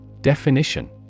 Definition